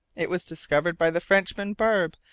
it was discovered by the frenchman, barbe,